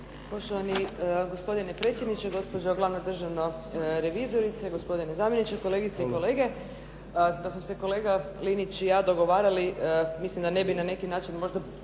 glavna državna revizorice, gospodine zamjeniče, kolegice i kolege. Da smo se kolega Linić i ja dogovarali, mislim da ne bi na neki način možda bolje moja